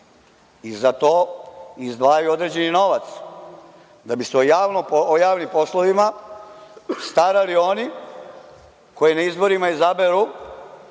i za to izdvajaju određeni novac, da bi se o javnim poslovnima starali oni koji na izborima izaberu